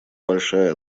большая